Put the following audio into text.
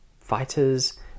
fighters